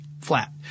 flat